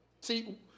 See